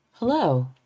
Hello